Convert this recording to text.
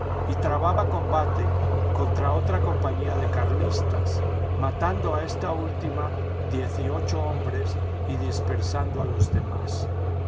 y trababa combate con otra compañía de carlistas matando a esta última diez y ocho hombres y dispersando a los demás